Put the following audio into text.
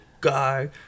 guy